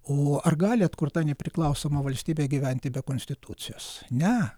o ar gali atkurta nepriklausoma valstybė gyventi be konstitucijos ne